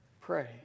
pray